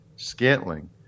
Scantling